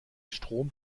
strom